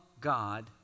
God